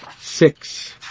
six